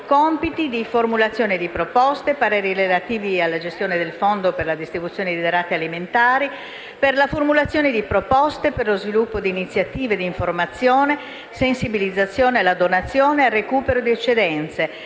compiti di formulazione di proposte e pareri relativi alla gestione del Fondo per la distribuzione di derrate alimentari, per lo sviluppo di iniziative di informazione, sensibilizzazione alla donazione e al recupero di eccedenze,